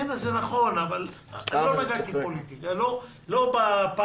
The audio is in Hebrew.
נכון, אבל לא נגעתי בפן הזה.